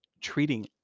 treating